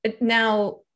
Now